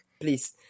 please